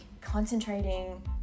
concentrating